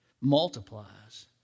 multiplies